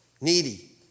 needy